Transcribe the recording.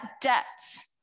debts